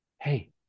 Hey